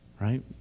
right